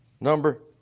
number